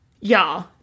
y'all